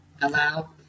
Allow